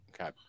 okay